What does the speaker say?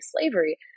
slavery